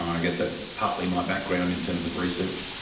i guess that's partly my background in terms of research.